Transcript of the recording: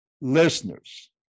listeners